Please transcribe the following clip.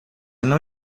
não